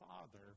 Father